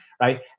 right